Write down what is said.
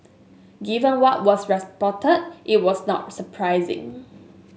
given what was reported it was not surprising